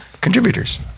contributors